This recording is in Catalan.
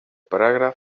paràgraf